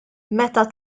meta